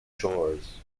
chores